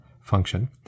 function